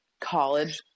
college